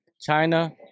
China